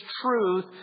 truth